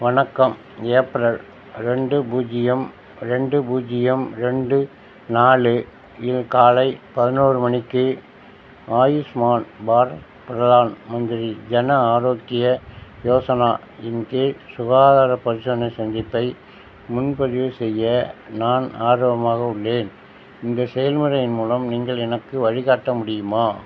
வணக்கம் ஏப்ரல் ரெண்டு பூஜ்ஜியம் ரெண்டு பூஜ்ஜியம் ரெண்டு நாலு இல் காலை பதினோரு மணிக்கு ஆயுஷ்மான் பாரத் பிரதான் மந்திரி ஜன ஆரோக்ய யோசனா இன் கீழ் சுகாதார பரிசோதனை சந்திப்பை முன்பதிவு செய்ய நான் ஆர்வமாக உள்ளேன் இந்த செயல்முறையின் மூலம் நீங்கள் எனக்கு வழிகாட்ட முடியுமா